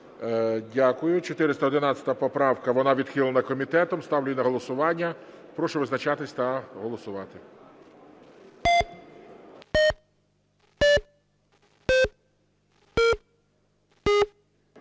413 поправка. Вона відхилена комітетом. Ставлю її на голосування. Прошу визначатися та голосувати.